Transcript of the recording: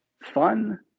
fun